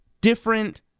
different